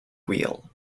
real